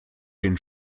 den